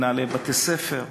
מנהלי בתי-ספר,